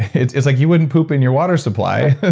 it's it's like you wouldn't poop in your water supply.